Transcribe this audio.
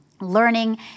learning